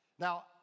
Now